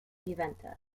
juventus